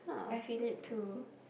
I feel it too